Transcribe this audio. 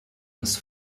must